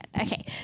okay